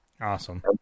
Awesome